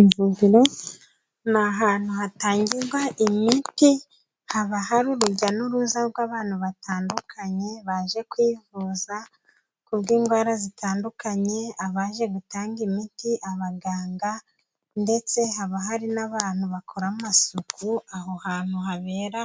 Ivuriro ni ahantu hatangirwa imiti, haba hari urujya n'uruza rw'abantu batandukanye baje kwivuza kubw'indwara zitandukanye, abaje gutanga imiti, abaganga, ndetse haba hari n'abantu bakora amasuku aho hantu habera